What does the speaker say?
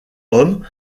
homme